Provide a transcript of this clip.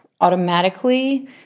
automatically